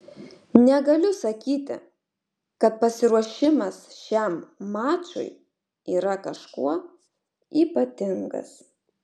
negaliu sakyti kad pasiruošimas šiam mačui yra kažkuo ypatingas